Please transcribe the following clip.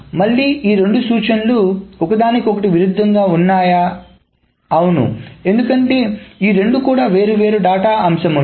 ఈ మళ్లీ ఈ రెండు సూచనలు ఒకదానికొకటి విరుద్ధంగా ఉన్నాయా అవును ఎందుకంటే ఈ రెండు కూడా వేరు వేరు డాటా అంశములు